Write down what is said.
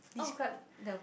describe the